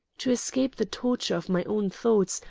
to escape the torture of my own thoughts,